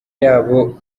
y’abo